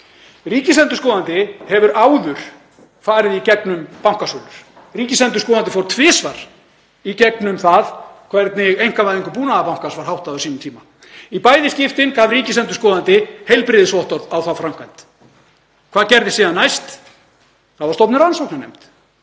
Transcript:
Ríkisendurskoðandi hefur áður farið í gegnum bankasölu. Ríkisendurskoðandi fór tvisvar í gegnum það hvernig einkavæðingu Búnaðarbankans var háttað á sínum tíma. Í bæði skiptin gaf ríkisendurskoðandi heilbrigðisvottorð á þá framkvæmd. Hvað gerðist síðan næst? Það var stofnuð rannsóknarnefnd.